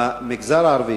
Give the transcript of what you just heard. במגזר הערבי,